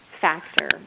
factor